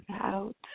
out